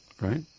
Right